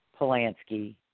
Polanski